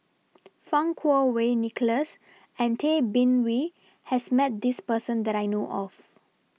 Fang Kuo Wei Nicholas and Tay Bin Wee has Met This Person that I know of